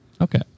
Okay